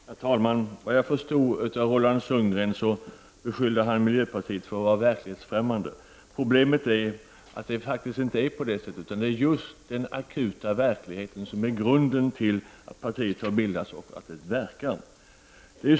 Herr talman! Såvitt jag har förstått beskyllde Roland Sundgren miljöpartiet för att vara verklighetsfrämmande. Problemet är ju att det faktiskt inte är på det sättet, utan det är just den akuta verkligheten som är grunden till att miljöpartiet har bildats och att det verkar.